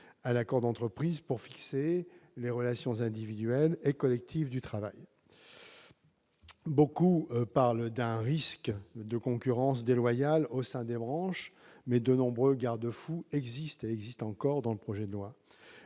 place centrale pour fixer les relations individuelles et collectives du travail. Beaucoup parlent d'un risque de concurrence déloyale au sein des branches, mais de nombreux garde-fous existent encore dans ce projet de loi